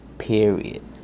Period